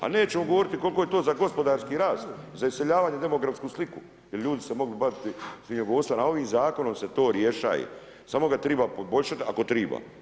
A nećemo govoriti koliko je to za gospodarski rast, za iseljavanje, demografsku sliku jer ljudi se mogu baviti svinjogojstvom, a ovim Zakonom se to rješaje, samo ga triba poboljšat ako triba.